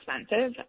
expensive